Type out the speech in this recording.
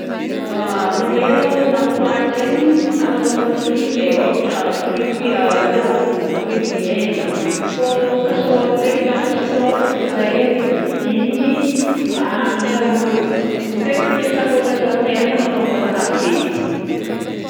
Aminay aloha lapoaly zegny agnanovagna frity e. Ôhatra frity laoko, frity hena. Fô casserole ndraiky na castrol hoy koa zahay ao, igny andrahoagna. Ny tegna ampiasagn'olo azy aminay agny agnanovagna kafe.